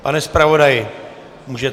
Pane zpravodaji, můžete.